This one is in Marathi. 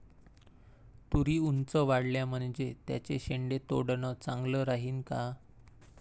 तुरी ऊंच वाढल्या म्हनजे त्याचे शेंडे तोडनं चांगलं राहीन का?